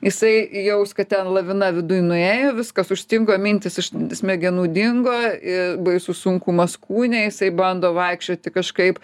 jisai jaus kad ten lavina viduj nuėjo viskas užstingo mintys iš smegenų dingo i baisus sunkumas kūne jisai bando vaikščioti kažkaip